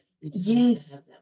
Yes